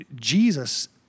Jesus